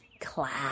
class